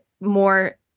more